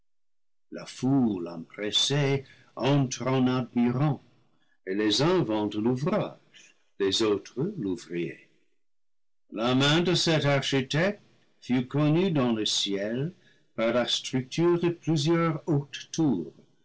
la foule empressée entre en admirant et les uns vantent l'ouvrage les autres l'ouvrier la main de cet architecte fut connue dans le ciel par la structure de plusieurs